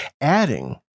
Adding